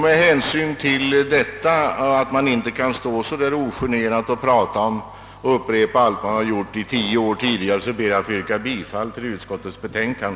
Med hänsyn härtill och då man inte gärna helt ogenerat kan stå och upprepa vad man sagt tidigare i tio år inskränker jag mig till att yrka bifall till utskottets hemställan.